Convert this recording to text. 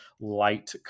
light